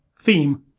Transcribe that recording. theme